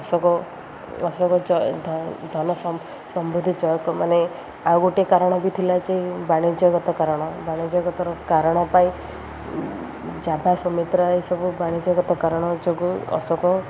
ଅଶୋକ ଅଶୋକ ଧନ ସମୃଦ୍ଧି ଚୟକ ମାନେ ଆଉ ଗୋଟିଏ କାରଣ ବି ଥିଲା ଯେ ବାଣିଜ୍ୟଗତ କାରଣ ବାଣିଜ୍ୟଗତର କାରଣ ପାଇଁ ଯାଭା ସୁମିତ୍ରା ଏସବୁ ବାଣିଜ୍ୟଗତ କାରଣ ଯୋଗୁଁ ଅଶୋକ